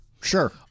Sure